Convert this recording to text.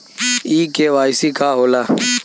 इ के.वाइ.सी का हो ला?